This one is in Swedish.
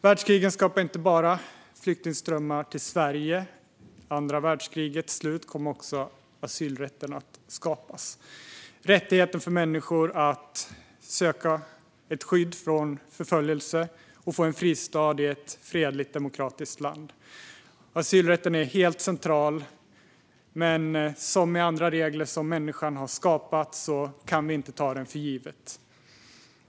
Världskrigen skapade inte bara flyktingströmmar till Sverige. Vid andra världskrigets slut skapades asylrätten, det vill säga rättigheten för människor att söka skydd från förföljelse och få en fristad i ett fredligt, demokratiskt land. Asylrätten är helt central, men som med andra regler som människan har skapat kan den inte tas för given.